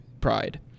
pride